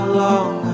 long